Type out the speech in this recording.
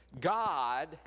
God